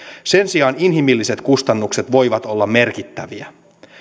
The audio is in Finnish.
sen sijaan inhimilliset kustannukset voivat olla merkittäviä